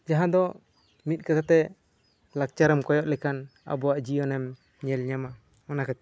ᱡᱟᱦᱟᱸ ᱫᱚ ᱢᱤᱫ ᱠᱟᱛᱷᱟ ᱛᱮ ᱞᱟᱠᱪᱟᱨ ᱮᱢ ᱠᱚᱭᱚᱜ ᱞᱮᱠᱷᱟᱱ ᱟᱵᱚᱣᱟᱜ ᱡᱤᱭᱚᱱ ᱮᱢ ᱧᱮᱞ ᱧᱟᱢᱟ ᱚᱱᱟ ᱠᱷᱟᱹᱛᱤᱨ